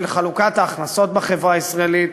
של חלוקת ההכנסות בחברה הישראלית,